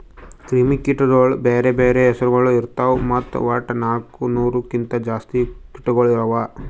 ಕ್ರಿಮಿ ಕೀಟಗೊಳ್ದು ಬ್ಯಾರೆ ಬ್ಯಾರೆ ಹೆಸುರಗೊಳ್ ಇರ್ತಾವ್ ಮತ್ತ ವಟ್ಟ ನಾಲ್ಕು ನೂರು ಕಿಂತ್ ಜಾಸ್ತಿ ಕೀಟಗೊಳ್ ಅವಾ